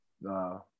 no